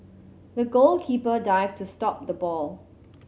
the goalkeeper dived to stop the ball